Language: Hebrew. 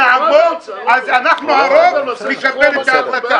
אנחנו הרוב בואו נקבל את ההחלטה.